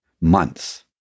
Months